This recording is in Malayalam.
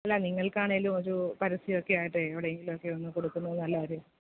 അല്ല നിങ്ങൾക്കണേലു ഒരു പരസ്യവൊക്കെയായിട്ടെ എവിടെയെങ്കിലൊക്കെ ഒന്ന് കൊടുക്കുന്നത് നല്ലകാര്യം